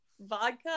vodka